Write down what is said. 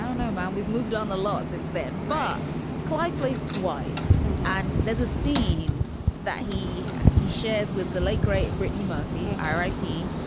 no, man, we've moved on a lot since then. but kaleigh plays dwight's and there's a scene that he he shares with the late great brittany murphy, r i p.